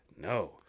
No